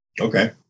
Okay